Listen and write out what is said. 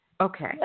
Okay